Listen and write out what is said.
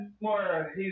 more